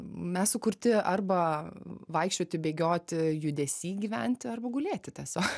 mes sukurti arba vaikščioti bėgioti judesy gyventi arba gulėti tiesiog